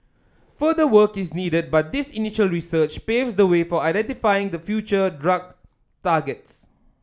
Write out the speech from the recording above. further work is needed but this initial research paves the way for identifying the future drug targets